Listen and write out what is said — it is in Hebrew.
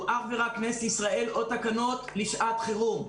אך ורק כנסת ישראל או תקנות לשעת חרום.